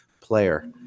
player